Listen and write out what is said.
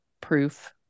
proof